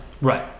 Right